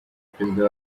perezida